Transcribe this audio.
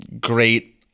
great